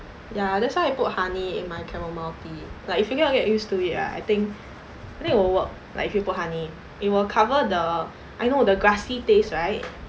ya that's why I put honey in my chamomile tea like if you cannot get used to it right I think I think it'll work like if you put honey it will cover the I know the grassy taste right